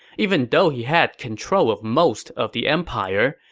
even though he had control of most of the empire,